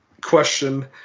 question